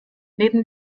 neben